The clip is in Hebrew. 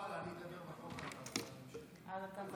תעברו הלאה, אני אדבר בחוק הבא, בהמשך.